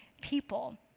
people